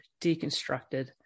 deconstructed